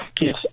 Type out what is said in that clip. yes